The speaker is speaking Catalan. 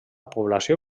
població